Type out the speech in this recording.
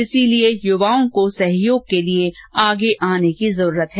इसलिए युवाओं को सहयोग के लिए आगे आने की जरूरत है